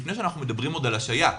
לפני שאנחנו מדברים עוד על השעיה,